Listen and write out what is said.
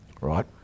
Right